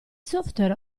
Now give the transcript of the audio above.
software